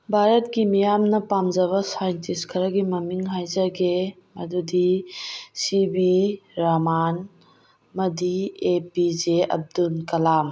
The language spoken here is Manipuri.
ꯚꯥꯔꯠꯀꯤ ꯃꯤꯌꯥꯝꯅ ꯄꯥꯝꯖꯕ ꯁꯥꯏꯟꯇꯤꯁ ꯈꯔꯒꯤ ꯃꯃꯤꯡ ꯍꯥꯏꯖꯒꯦ ꯃꯗꯨꯗꯤ ꯁꯤ ꯕꯤ ꯔꯥꯃꯥꯟ ꯑꯃꯗꯤ A P J Abdul Kalam